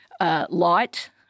Light